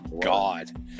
God